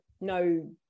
no